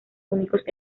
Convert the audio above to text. únicos